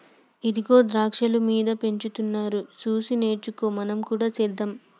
ఇగో ద్రాక్షాలు మీద పెంచుతున్నారు సూసి నేర్చుకో మనం కూడా సెద్దాం